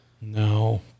No